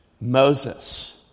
Moses